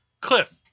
Cliff